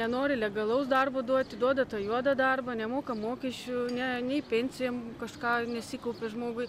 nenori legalaus darbo duoti duoda tą juodą darbą nemoka mokesčių ne nei pensijom kažką nusikaupia žmogui